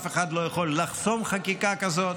אף אחד לא יכול לחסום חקיקה כזאת,